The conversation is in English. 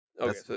Okay